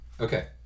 okay